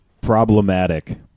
Problematic